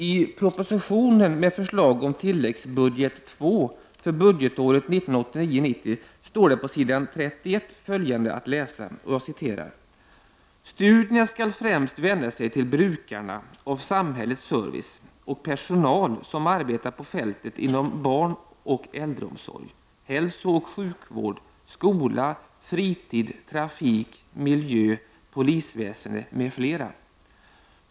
I propositionen med förslag om tilläggsbudget II för budgetåret 1989/90 står på s. 31 följande att läsa: ”Studierna skall främst vända sig till brukarna av samhällets service och personal som arbetar på fältet inom barnoch äldreomsorg, hälsooch sjukvård, skola, fritid, trafik, miljö, polisväsende m.fl.